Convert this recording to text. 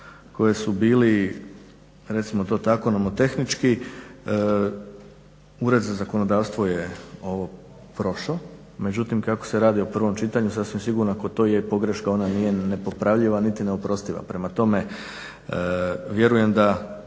koja su bili recimo to tako nomotehniči Ured za zakonodavstvo je ovo prošao. Međutim, kako se radi o prvom čitanju sasvim sigurno ako to je i pogreška ona nije nepopravljiva niti neoprostiva. Prema tome, vjerujem da